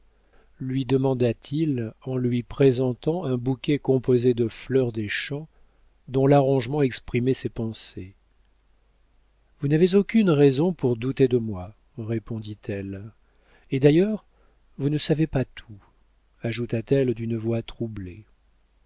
lui demanda-t-il en lui présentant un bouquet composé de fleurs des champs dont l'arrangement exprimait ses pensées vous n'avez aucune raison pour douter de moi répondit-elle et d'ailleurs vous ne savez pas tout ajouta-t-elle d'une voix troublée